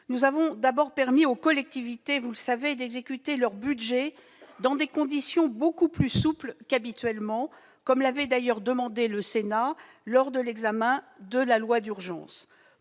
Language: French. nous avons d'abord permis aux collectivités d'exécuter leur budget dans des conditions beaucoup plus souples qu'habituellement, comme l'avait d'ailleurs demandé le Sénat lors de l'examen du projet de loi d'urgence